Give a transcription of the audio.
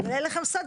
אני אגלה לכם סוד,